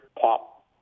pop